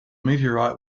meteorite